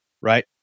right